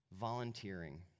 volunteering